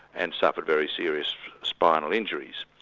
and suffered very serious spinal injuries.